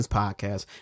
podcast